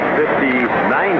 59